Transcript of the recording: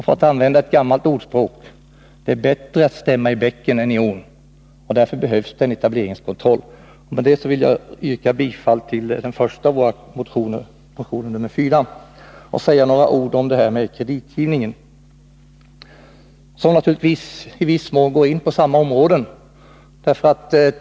För att citera ett gammalt ordspråk: det är bättre stämma i bäcken än i ån. Därför behövs etableringskontroll. Därmed vill jag yrka bifall till den första av våra reservationer, nr 4. Så några ord om kreditgivningen. Det gäller i viss mån samma område.